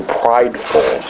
prideful